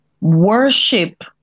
worship